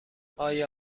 آیا